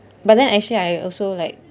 but then actually I also like